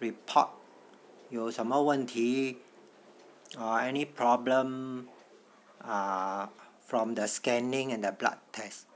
report 有什么问题 err any problem err from the scanning and the blood test